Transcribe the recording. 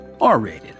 R-rated